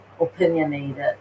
opinionated